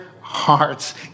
hearts